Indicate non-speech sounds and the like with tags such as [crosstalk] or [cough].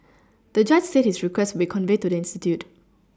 [noise] the judge said his request would be conveyed to the institute